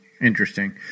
Interesting